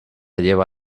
lleva